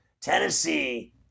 Tennessee